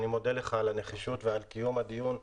אני מודה לך על הנחישות ועל קיום הדיון,